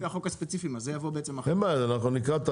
החוק הספציפיים אין בעיה אנחנו נקרא.